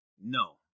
No